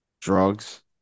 drugs